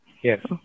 Yes